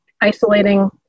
isolating